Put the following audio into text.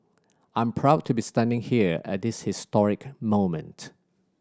I'm proud to be standing here at this historic moment